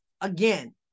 again